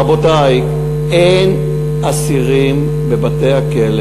רבותי, אין בבתי-הכלא